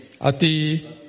Ati